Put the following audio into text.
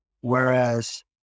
Whereas